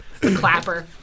clapper